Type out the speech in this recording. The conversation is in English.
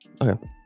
Okay